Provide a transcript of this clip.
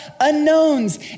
unknowns